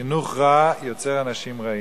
חינוך רע יוצר אנשים רעים.